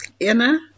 Anna